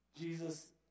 Jesus